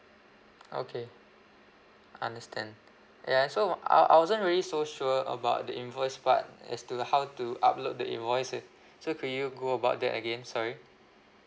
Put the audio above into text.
okay understand ya and so I I wasn't really so sure about the invoice but as to how to upload the invoices so can you go about that again sorry